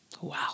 Wow